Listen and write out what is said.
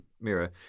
mirror